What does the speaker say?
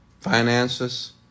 finances